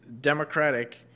democratic